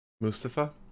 Mustafa